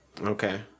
Okay